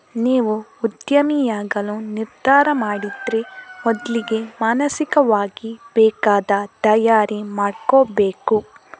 ನೀವು ಉದ್ಯಮಿಯಾಗಲು ನಿರ್ಧಾರ ಮಾಡಿದ್ರೆ ಮೊದ್ಲಿಗೆ ಮಾನಸಿಕವಾಗಿ ಬೇಕಾದ ತಯಾರಿ ಮಾಡ್ಕೋಬೇಕು